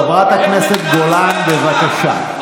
חברת הכנסת גולן, בבקשה.